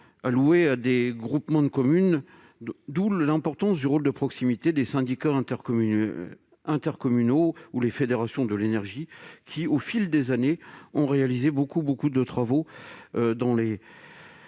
allouée à des groupements de communes et je tiens à mentionner l'importance du rôle de proximité des syndicats intercommunaux et des fédérations de l'énergie qui, au fil des années, ont réalisé beaucoup de travaux sur